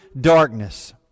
darkness